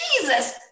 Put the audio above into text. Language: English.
jesus